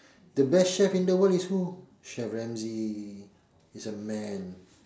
the best chef in the world is who chef Ramsay is a man